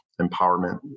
empowerment